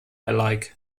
alike